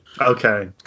Okay